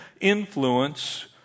influence